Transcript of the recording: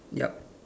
yup